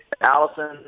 Allison